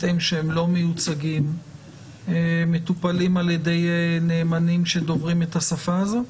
אם שלא מיוצגים מטופלים על ידי נאמנים שמדברים את השפה הזו?